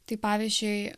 tai pavyzdžiui